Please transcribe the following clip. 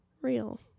real